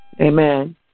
Amen